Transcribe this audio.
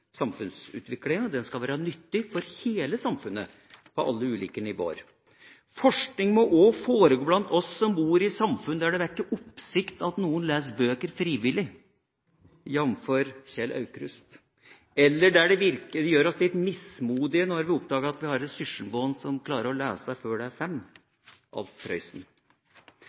samfunnsutviklinga. Den skal være nyttig for hele samfunnet på alle nivåer. Forskning må også foregå blant oss som bor i samfunn der det vekker oppsikt at noen leser bøker frivillig, jf. Kjell Aukrust, eller der det virkelig gjør oss litt mismodige når vi oppdager at vi har et søskenbarn som klarer å lese før det er fem,